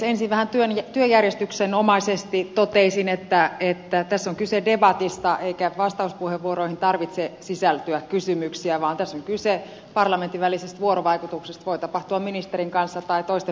ensin vähän työjärjestyksenomaisesti toteaisin että tässä on kyse debatista eikä vastauspuheenvuoroihin tarvitse sisältyä kysymyksiä vaan tässä on kyse parlamentin vuorovaikutuksesta joka voi tapahtua ministerin tai toisten parlamentaarikkojen kanssa